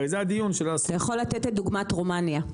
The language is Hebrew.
אתה יכול לתת לדוגמה את רומניה.